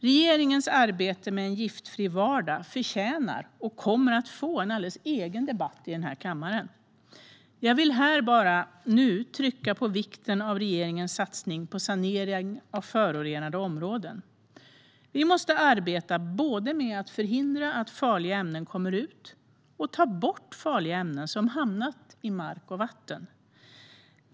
Regeringens arbete med en giftfri vardag förtjänar och kommer att få en alldeles egen debatt i kammaren. Jag vill nu bara här trycka på vikten av regeringens satsning på sanering av förorenade områden. Vi måste arbeta både med att förhindra att farliga ämnen kommer ut och med att ta bort farliga ämnen som hamnat i mark och vatten.